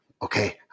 okay